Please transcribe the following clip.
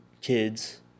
kids